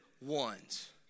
ones